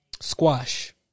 squash